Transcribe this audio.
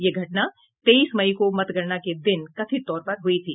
यह घटना तेईस मई को मतगणना के दिन कथित तौर पर हुई थी